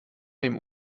dem